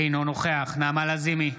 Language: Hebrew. אינו נוכח נעמה לזימי,